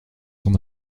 son